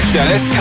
Dennis